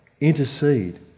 intercede